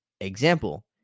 Example